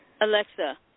alexa